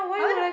!huh!